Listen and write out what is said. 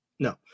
No